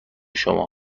شما